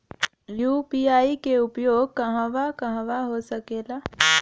UPI के उपयोग कहवा कहवा हो सकेला?